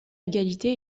égalité